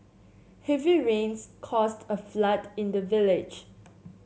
heavy rains caused a flood in the village